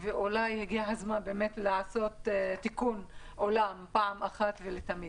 ואולי הגיע הזמן באמת לעשות תיקון עולם פעם אחת ולתמיד.